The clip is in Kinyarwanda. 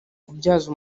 kubyaza